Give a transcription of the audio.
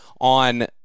on